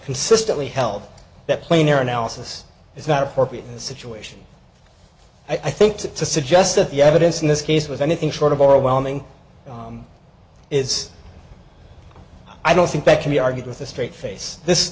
consistently held that plainer analysis is not appropriate in this situation i think that to suggest that the evidence in this case was anything short of overwhelming is i don't think that can be argued with a straight face this